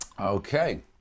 Okay